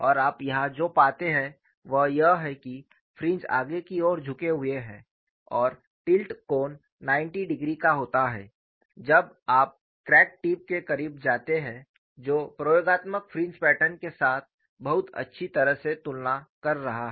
और आप यहां जो पाते हैं वह यह है कि फ्रिंज आगे की ओर झुके हुए हैं और टिल्ट कोण 90 डिग्री का होता है जब आप क्रैक टिप के करीब जाते हैं जो प्रयोगात्मक फ्रिंज पैटर्न के साथ बहुत अच्छी तरह से तुलना कर रहा है